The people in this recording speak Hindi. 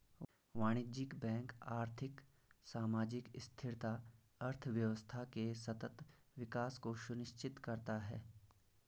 वाणिज्यिक बैंक आर्थिक, सामाजिक स्थिरता, अर्थव्यवस्था के सतत विकास को सुनिश्चित करता है